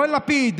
לא לפיד,